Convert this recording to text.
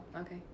okay